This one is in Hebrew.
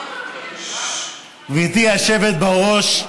גברתי, היושבת בראש,